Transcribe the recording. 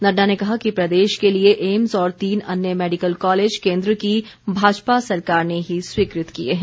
नड्डा ने कहा कि प्रदेश के लिए ऐम्स और तीन अन्य मैडिकल कॉलेज केन्द्र की भाजपा सरकार ने ही स्वीकृत किए हैं